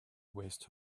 waste